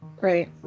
Right